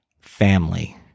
family